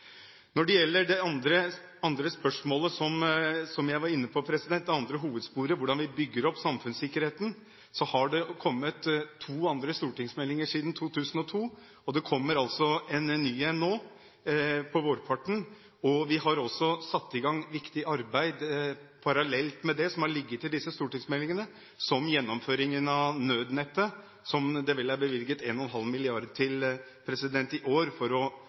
Når det gjelder det andre spørsmålet, det andre hovedsporet, som jeg var inne på, hvordan vi bygger opp samfunnssikkerheten, har det kommet to andre stortingsmeldinger siden 2002, og det kommer en ny nå, på vårparten. Vi har også satt i gang et viktig arbeid parallelt med det, som har ligget i stortingsmeldingene, som gjennomføringen av nødnettet, som det vel er bevilget 1,5 mrd. kr til i år for å